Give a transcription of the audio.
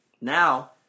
Now